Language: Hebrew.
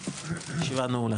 הישיבה ננעלה